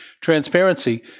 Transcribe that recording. transparency